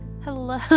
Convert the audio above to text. Hello